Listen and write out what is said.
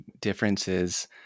differences